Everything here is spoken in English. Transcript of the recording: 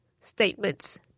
statements